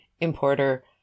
importer